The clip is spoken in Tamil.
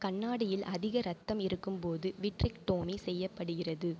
கண்ணாடியில் அதிக இரத்தம் இருக்கும்போது விட்ரிக்டோமி செய்யப்படுகிறது